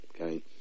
okay